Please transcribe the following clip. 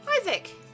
Isaac